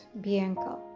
Bianca